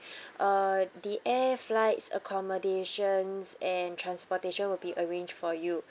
uh the air flights accommodations and transportation will be arranged for you